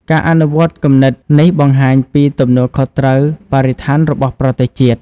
ការអនុវត្តគំនិតនេះបង្ហាញពីទំនួលខុសត្រូវបរិស្ថានរបស់ប្រទេសជាតិ។